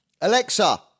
Alexa